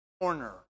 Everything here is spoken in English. corner